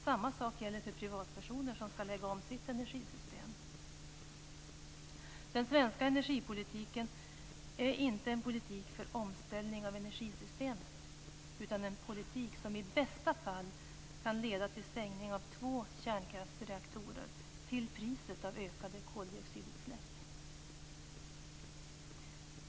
Samma sak gäller för privatpersoner som skall lägga om sitt energisystem. Den svenska energipolitiken är inte en politik för omställning av energisystemet, utan en politik som i bästa fall kan leda till stängning av två kärnkraftsreaktorer till priset av ökade koldioxidutsläpp.